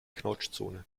knautschzone